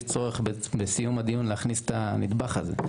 צורך בסוף הדיון להכניס את הנדבך הזה.